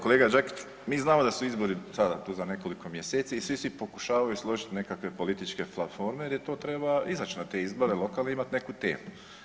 Kolega Đakić, mi znamo da su izbori sada tu za nekoliko mjeseci i svi si pokušavaju složiti nekakve političke platforme jer to treba izaći na te izbore, lokalne, imat neku temu.